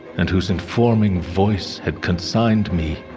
and whose informing voice had consigned me.